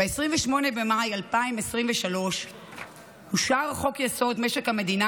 ב-28 במאי 2023 אושר חוק-יסוד: משק המדינה